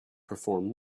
perform